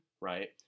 right